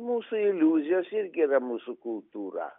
mūsų iliuzijos irgi yra mūsų kultūra